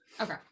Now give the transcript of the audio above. okay